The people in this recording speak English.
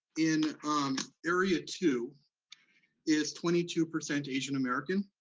in um area two is twenty two percent asian american.